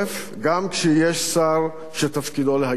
גם כשיש שר שתפקידו להגן עליו.